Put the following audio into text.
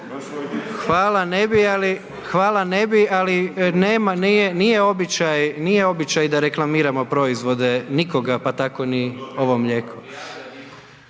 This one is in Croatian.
Hvala ne bi, ali nema, nije običaj da reklamiramo proizvode, nikoga, pa tako ni ovo mlijeko.